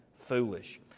Foolish